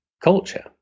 culture